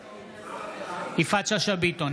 בעד יפעת שאשא ביטון,